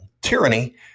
tyranny